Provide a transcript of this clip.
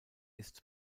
ist